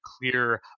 clear